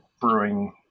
brewing